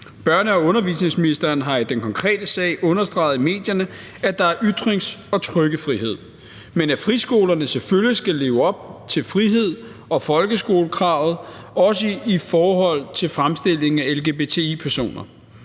Børne- og undervisningsministeren har i den konkrete sag understreget i medierne, at der er ytrings- og trykkefrihed, men at friskolerne selvfølgelig skal leve op til frihed og folkestyre-kravet, også i forhold til fremstillingen af lgbt+-personer.